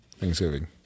Thanksgiving